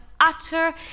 utter